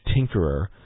tinkerer